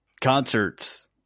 concerts